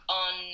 on